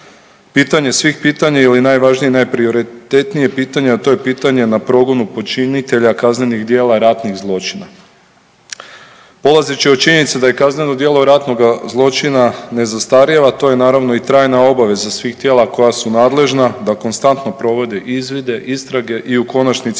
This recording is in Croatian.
pitanje svih pitanja ili najvažnije i najprioritetnije, a to je pitanje na progonu počinitelja kaznenih djela ratnih zločina. Polazeći od činjenice da je kazneno djelo ratnoga zločina ne zastarijeva, to je naravno i trajna obaveza svih tijela koja su nadležna da konstantno provode izvide, istrage i u konačnici